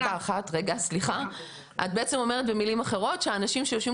בעצם במילים אחרות שאנשים שיושבים